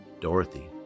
Dorothy